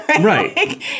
right